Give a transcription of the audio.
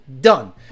done